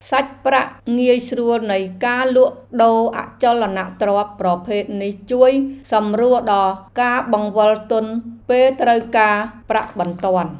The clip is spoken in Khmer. សាច់ប្រាក់ងាយស្រួលនៃការលក់ដូរអចលនទ្រព្យប្រភេទនេះជួយសម្រួលដល់ការបង្វិលទុនពេលត្រូវការប្រាក់បន្ទាន់។